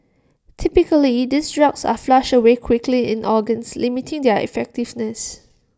typically these drugs are flushed away quickly in organs limiting their effectiveness